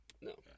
No